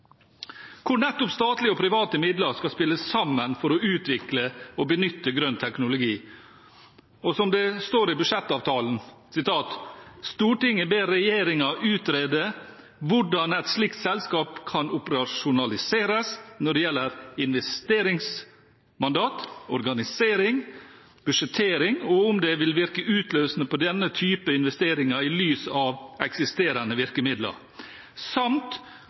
hvor nettopp statlige og private midler skal spille sammen for å utvikle og benytte grønn teknologi. Som det står i budsjettavtalen: «Stortinget ber regjeringen utrede hvordan et slikt selskap kan operasjonaliseres når det gjelder investeringsmandat, organisering, budsjettering og om det vil virke utløsende på denne typen investeringer i lys av eksisterende virkemidler, samt